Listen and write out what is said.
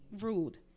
ruled